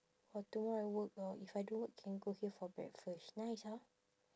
but tomorrow I work ah if I don't work can go here for breakfast nice ah